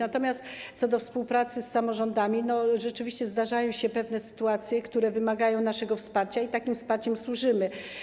Natomiast co do współpracy z samorządami - rzeczywiście zdarzają się pewne sytuacje, które wymagają naszego wsparcia, i takim wsparciem służymy.